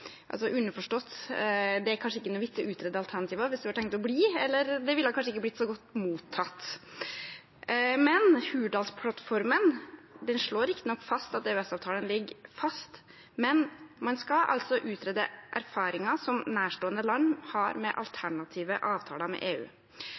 Underforstått: Det er kanskje ikke noen vits i å utrede alternativer hvis man har tenkt å bli, og det ville kanskje ikke blitt så godt mottatt. Hurdalsplattformen slår riktignok fast at EØS-avtalen ligger fast, men man skal altså utrede erfaringer som nærstående land har med